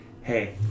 hey